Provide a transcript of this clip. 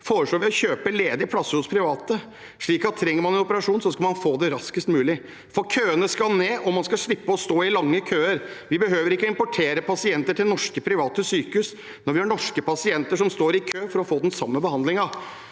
foreslår vi å kjøpe ledige plasser hos private, slik at om man trenger en operasjon, skal man få det raskest mulig. Køene skal ned, og man skal slippe å stå i lange køer. Vi behøver ikke å importere pasienter til norske private sykehus når vi har norske pasienter som står i kø for å få den samme behandlingen.